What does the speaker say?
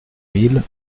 mille